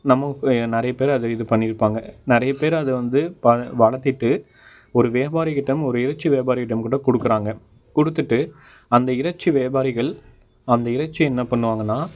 நம்ம இப்போ நிறைய பேர் அதை இது பண்ணிருப்பாங்க நிறைய பேர் அதை வந்து வளர்த்திட்டு ஒரு வியாபாரிகிட்டம் ஒரு இறைச்சி வியாபாரிகிட்டம் கொண்டு போய் கொடுக்குறாங்க கொடுத்துட்டு அந்த இறைச்சி வியாபாரிகள் அந்த இறைச்சியை என்ன பண்ணுவாங்கன்னா